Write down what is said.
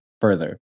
further